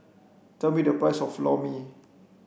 tell me the price of Lor Mee